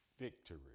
victory